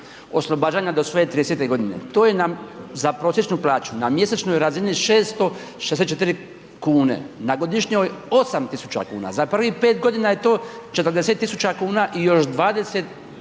oslobađanja do svoje 30-te godine. To je nam, za prosječnu plaću na mjesečnoj razini 664 kune, na godišnjoj 8.000 kuna, za prvih 5 godina je to 40.000 kuna i još 20.000